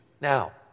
now